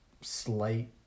slight